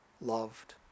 loved